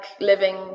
living